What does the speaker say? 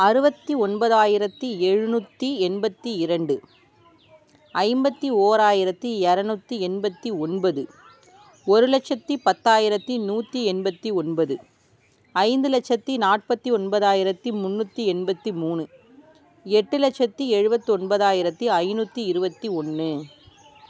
அறுபத்தி ஒன்பதாயிரத்து எழுநூற்றி எண்பத்து இரண்டு ஐம்பத்து ஓராயிரத்து எரநூற்றி எண்பத்து ஒன்பது ஒரு லட்சத்து பத்தாயிரத்து நூற்றி எண்பத்து ஒன்பது ஐந்து லச்சத்து நாற்பத்து ஒன்பதாயிரத்து முன்னூற்றி எண்பத்து மூணு எட்டு லச்சத்து எழுபத் ஒம்பதாயிரத்து ஐநூற்றி இருபத்தி ஒன்று